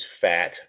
fat